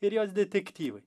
ir jos detektyvai